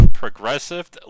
progressive